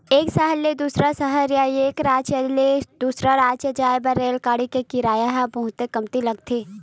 एक सहर ले दूसर सहर या एक राज ले दूसर राज जाए बर रेलगाड़ी के किराया ह बहुते कमती लगथे